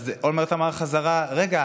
ואולמרט אמר בחזרה: רגע,